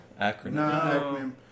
Acronym